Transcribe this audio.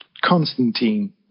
Constantine